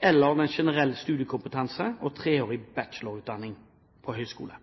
eller gjennom generell studiekompetanse og treårig bachelorutdanning på høyskole.